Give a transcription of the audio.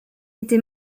été